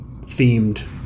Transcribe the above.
themed